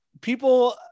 people